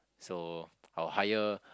so I'll hire